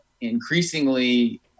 increasingly